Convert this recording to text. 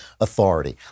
authority